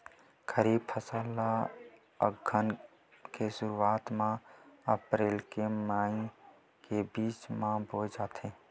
खरीफ फसल ला अघ्घन के शुरुआत में, अप्रेल से मई के बिच में बोए जाथे